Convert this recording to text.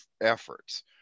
efforts